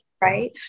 right